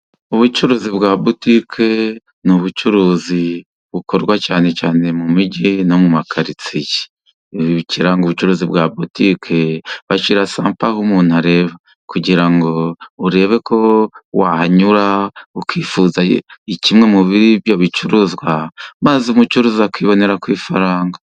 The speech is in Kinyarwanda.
Ubucuruzi bwa butike ni ubucuruzi bukorwa cyane cyane mu mijyi no mu makaritsiye, ikiranga ubucuruzi bwa butike, bashyira sampo aho umuntu areba, kugira ngo urebe ko wahanyura ukifuza kimwe muri ibyo bicuruzwa, maze umucuruzi akibonera ku ifaranga.